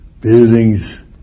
buildings